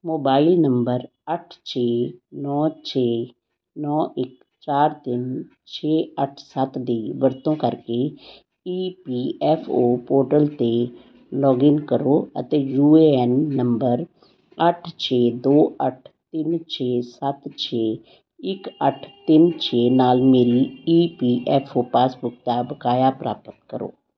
mobile number ਅੱਠ ਛੇ ਨੌਂ ਛੇ ਨੌਂ ਇੱਕ ਚਾਰ ਤਿੰਨ ਛੇ ਅੱਠ ਸੱਤ ਦੀ ਵਰਤੋਂ ਕਰਕੇ E P F O portal 'ਤੇ ਲੌਗਇਨ ਕਰੋ ਅਤੇ ਯੂ ਏ ਐਨ ਨੰਬਰ ਅੱਠ ਛੇ ਦੋ ਅੱਠ ਤਿੰਨ ਛੇ ਸੱਤ ਛੇ ਇੱਕ ਅੱਠ ਤਿੰਨ ਛੇ ਨਾਲ ਮੇਰੀ E P F O passbook ਦਾ ਬਕਾਇਆ ਪ੍ਰਾਪਤ ਕਰੋ